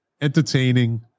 entertaining